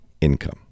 income